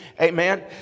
Amen